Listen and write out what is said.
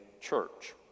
church